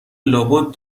لابد